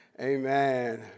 Amen